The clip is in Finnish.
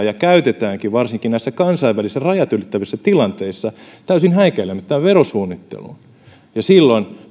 ja käytetäänkin varsinkin näissä kansainvälisissä rajat ylittävissä tilanteissa täysin häikäilemättömään verosuunnitteluun silloin